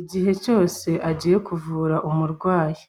igihe cyose agiye kuvura umurwayi.